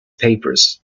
papers